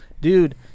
Dude